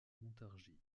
montargis